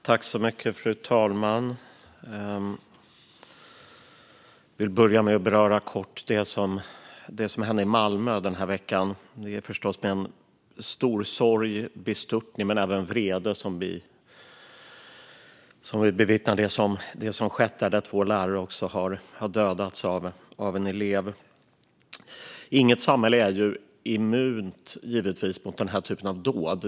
Fru talman! Jag vill börja med att kort beröra det som hände i Malmö nu i veckan. Det är förstås med stor sorg och bestörtning men även vrede som vi bevittnar det som skett där två lärare har dödats av en elev. Givetvis är inget samhälle immunt mot den här typen av dåd.